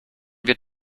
wird